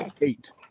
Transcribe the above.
eight